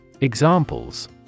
Examples